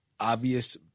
obvious